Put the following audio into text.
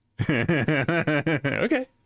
Okay